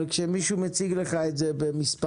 אבל כשמישהו מציג לך את זה במספרים,